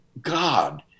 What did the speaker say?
God